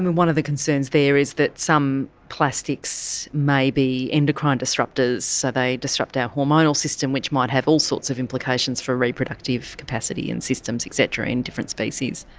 one of the concerns there is that some plastics may be endocrine disruptors, so they disrupt our hormonal system which might have all sorts of implications for reproductive capacity and systems et cetera in different species.